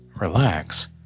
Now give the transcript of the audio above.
relax